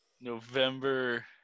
November